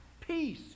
peace